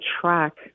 track